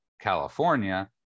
California